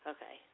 Okay